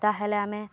ତା'ହେଲେ ଆମେ